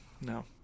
No